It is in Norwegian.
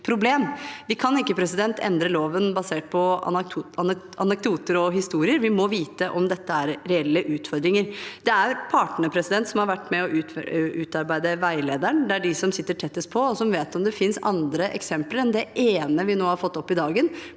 Vi kan ikke endre loven basert på anekdoter og historier. Vi må vite om dette er reelle utfordringer. Det er partene som har vært med på å utarbeide veilederen. Det er de som sitter tettest på, og som vet om det finnes andre eksempler enn det ene vi nå har fått opp i dagen,